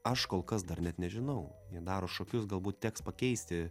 aš kol kas dar net nežinau jie daro šokius galbūt teks pakeisti